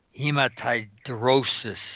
hematidrosis